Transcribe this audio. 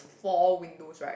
four windows right